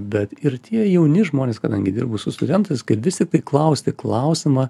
bet ir tie jauni žmonės kadangi dirbu su studentais kaip vis tiktai klausti klausimą